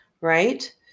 right